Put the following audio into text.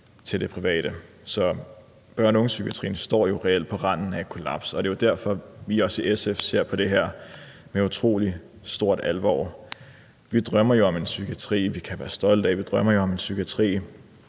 til det private. Så børne- og ungepsykiatrien står jo reelt på randen af et kollaps, og det er derfor, vi også i SF ser på det her med utrolig stor alvor. Vi drømmer om en psykiatri, vi kan være stolte af. Vi drømmer om en psykiatri,